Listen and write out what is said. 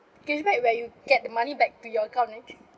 cashback where you get the money back to your account mm